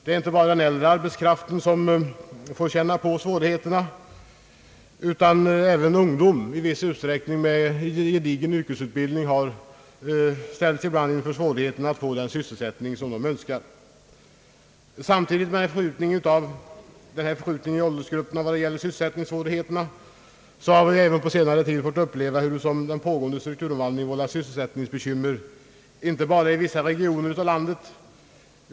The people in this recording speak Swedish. Det är inte bara den äldre arbetskraften som får känna på svårigheterna, utan även ungdom, i viss utsträckning med gedigen yrkesutbildning, ställs ibland inför svårigheter att få den sysselsättning de önskar. Samtidigt med denna förskjutning i åldersgrupperna vad gäller sysselsättningssvårigheterna har vi även på senare tid fått uppleva, hur den pågående strukturomvandlingen vållar sysselsättningsbekymmer inte bara i vissa regioner av landet.